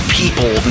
people